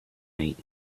night